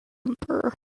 emperor